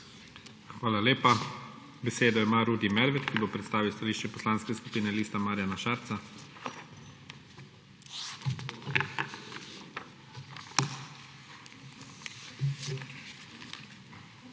Hvala lepa. Besedo ima Rudi Medved, ki bo predstavil stališče Poslanske skupine Liste Marjana Šarca.